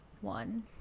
one